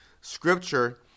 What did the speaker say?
scripture